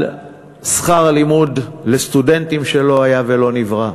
על שכר הלימוד לסטודנטים, שלא היה ולא נברא,